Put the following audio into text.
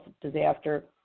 disaster